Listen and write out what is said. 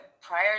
prior